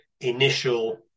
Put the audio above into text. initial